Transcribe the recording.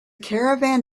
caravan